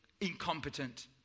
incompetent